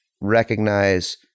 recognize